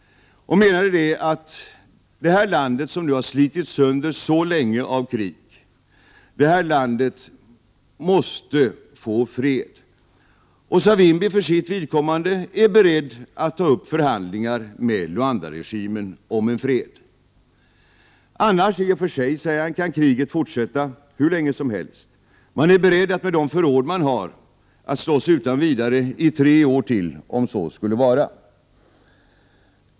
Han menade att detta land, som nu har slitits sönder så länge av krig, måste få fred. Savimbi är för sitt vidkommande beredd att ta upp Prot. 1988/89:99 förhandlingar med Luandaregimen om en fred. Annars kan kriget i och för 19 april 1989 sig fortsätta hur länge som helst, säger han. Man är beredd att med de förråd man har utan vidare slåss i tre år till, om så skulle vara.